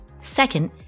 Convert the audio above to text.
Second